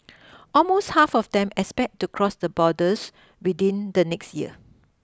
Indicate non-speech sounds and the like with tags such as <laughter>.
<noise> almost half of them expect to cross the borders within the next year